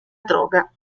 droga